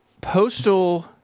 postal